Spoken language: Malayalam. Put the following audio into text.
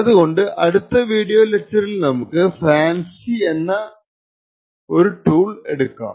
അതുകൊണ്ട് അടുത്ത വീഡിയോ ലക്ച്ചറിൽ നമുക്ക് FANCI എന്ന ഒരു ടൂൾ എടുക്കാം